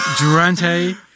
Durante